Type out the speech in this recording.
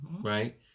Right